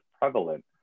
prevalent